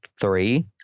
three